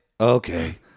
Okay